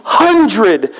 hundred